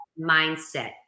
mindset